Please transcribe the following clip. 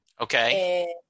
Okay